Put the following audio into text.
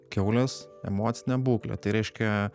kiaulės emocinę būklę tai reiškia